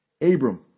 Abram